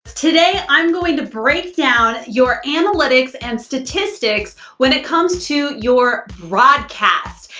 today, i'm going to break down your analytics and statistics when it comes to your broadcast.